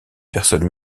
personne